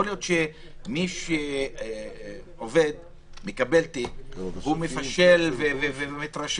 יכול להיות שמי שמקבל תיק מפשל ומתרשל